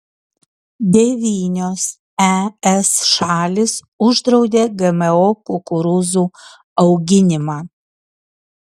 devynios es šalys uždraudė gmo kukurūzų auginimą